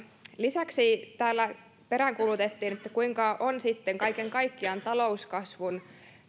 lisäksi täällä peräänkuulutettiin kuinka on sitten kaiken kaikkiaan talouskasvun ja taloudellisen kasvun edistyksen